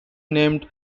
named